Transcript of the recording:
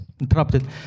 interrupted